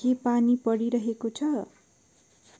के पानी परिरहेको छ